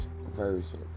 version